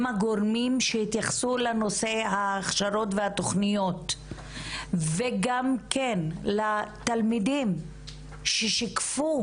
הגורמים שהתייחסו לנושא ההכשרות התוכניות וגם לתלמידים ששיקפו